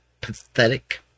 Pathetic